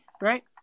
right